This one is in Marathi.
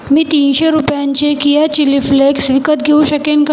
मी तीनशे रुपयांचे किया चिली फ्लेक्स विकत घेऊ शकेन का